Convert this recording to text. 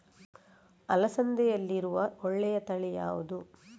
ಅಲಸಂದೆಯಲ್ಲಿರುವ ಒಳ್ಳೆಯ ತಳಿ ಯಾವ್ದು?